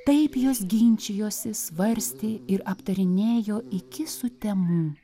taip jos ginčijosi svarstė ir aptarinėjo iki sutemų